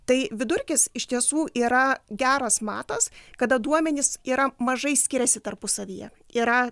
tai vidurkis iš tiesų yra geras matas kada duomenys yra mažai skiriasi tarpusavyje yra